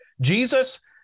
Jesus